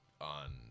on